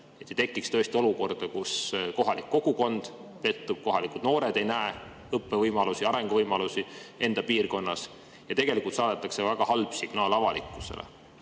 ei tekiks olukorda, kus kohalik kogukond pettub ning kohalikud noored ei näe õppimis- ega arenguvõimalusi enda piirkonnas. Nii tegelikult saadetakse väga halb signaal avalikkusele.